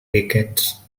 weekends